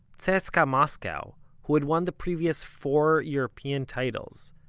cska moscow, who had won the previous four european titles,